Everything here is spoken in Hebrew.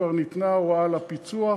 וכבר ניתנה ההוראה לפיצו"ח.